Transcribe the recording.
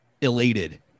elated